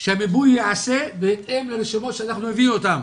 שהמיפוי ייעשה בהתאם לרשימות שאנחנו נביא אותם,